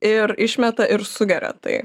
ir išmeta ir sugeria tai